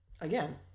again